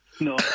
No